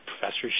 professor